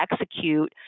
execute